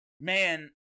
man